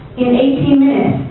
in eighteen